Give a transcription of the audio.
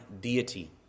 deity